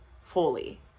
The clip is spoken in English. fully